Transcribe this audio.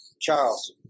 Charles